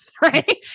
right